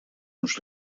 uns